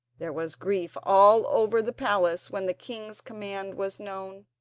there was grief all over the palace when the king's command was known,